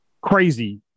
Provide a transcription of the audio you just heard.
Crazy